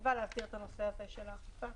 הסביבה להסדיר את הנושא הזה של האכיפה.